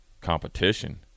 competition